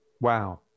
Wow